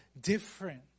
different